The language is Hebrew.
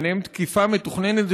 ובהם תקיפה מתוכננת,